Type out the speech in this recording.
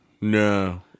No